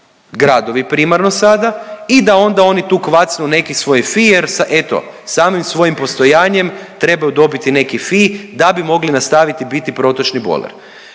gradovi primarno sada i da onda oni tu … neki svoj fi sa eto samim svojim postojanjem trebaju dobiti neki fi da bi mogli nastaviti biti protočni bojler